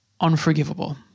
Unforgivable